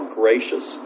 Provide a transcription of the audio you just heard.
gracious